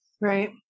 Right